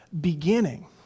beginning